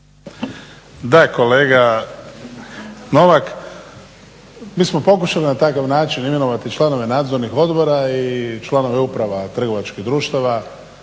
Da kolega Novak, mi smo pokušali na takav način imenovati članove nadzornih odbora i članove uprava trgovačkih društava,